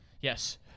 Yes